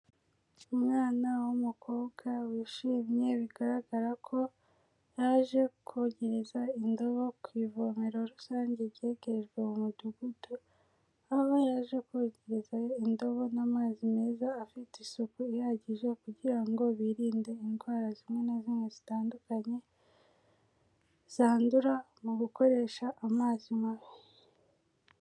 Umwana w'umukobwa wishimye, bigaragara ko yaje kogereza indobo ku ivomero rusange ryegerejwe mu mudugudu, aho yaje kogereza indobo n'amazi meza afite isuku ihagije kugira ngo birinde indwara zimwe na zimwe zitandukanye, zandura mu gukoresha amazi mabi.